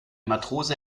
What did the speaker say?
matrose